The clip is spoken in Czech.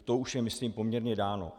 To už je myslím poměrně dáno.